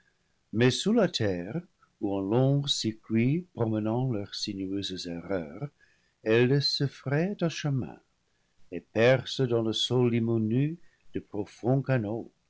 mais sous la terre ou en longs circuits promenant leurs sinueuses erreurs elles se frayent un chemin et percent dans le sol limoneux de